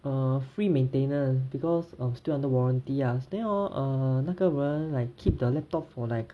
err free maintenance because of still under warranty ya then hor err 那个人 like keep the laptop for like